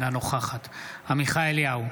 אינה נוכחת עמיחי אליהו,